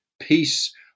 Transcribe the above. peace